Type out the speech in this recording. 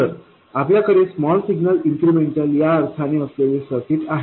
तर आपल्याकडे small signal incremental या अर्थाने असलेले सर्किट आहे